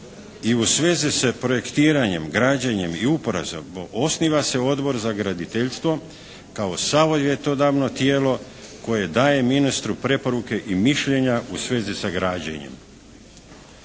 i u svezi sa projektiranjem, građenjem i uporabom osniva se Odbor za graditeljstvo kao savjetodavno tijelo koje daje ministru preporuke i mišljenja u svezi sa građenjem.